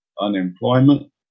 unemployment